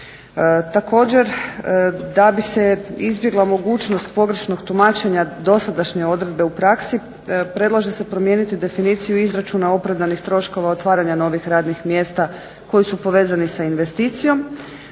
Također da bi se izbjegla mogućnost pogrešnog tumačenja dosadašnje odredbe u praksi predlaže se promijeniti definiciju izračuna opravdanih troškova otvaranja novih radnih mjesta koji su povezani sa investicijom,